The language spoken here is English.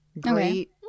Great